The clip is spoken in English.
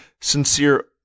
sincere